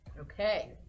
Okay